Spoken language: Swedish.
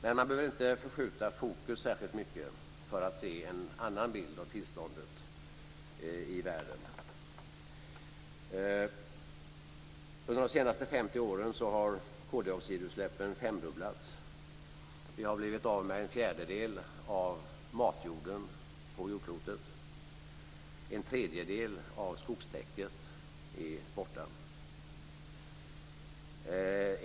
Men man behöver inte förskjuta fokus särskilt mycket för att se en annan bild av tillståndet i världen. Under de senaste 50 åren har koldioxidutsläppen femdubblats. Vi har blivit av med en fjärdedel av matjorden på jordklotet. En tredjedel av skogstäcket är borta.